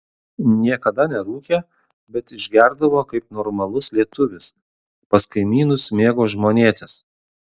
niekada nerūkė bet išgerdavo kaip normalus lietuvis pas kaimynus mėgo žmonėtis